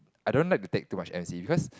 I don't like to take too much m_c